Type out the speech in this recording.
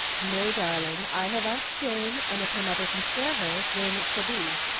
no, darling, i have asked jane, and if her mother can spare her, jane it shall be.